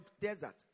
desert